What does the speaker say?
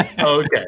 Okay